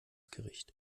gericht